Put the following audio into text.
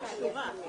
והספורט.